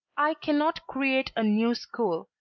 i cannot create a new school,